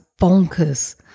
bonkers